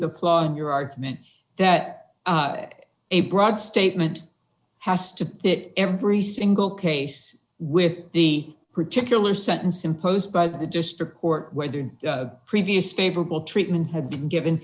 the flaw in your argument that a broad statement has to fit every single case with the particular sentence imposed by the district court where the previous favorable treatment had been given